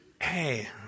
Hey